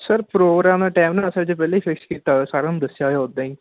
sir programme time ਨਾ ਅਸਲ 'ਚ ਪਹਿਲਾਂ ਹੀ ਫਿਕਸ ਕੀਤਾ ਹੋਇਆ ਸਾਰਿਆਂ ਨੂੰ ਦੱਸਿਆ ਉਦਾਂ ਹੀ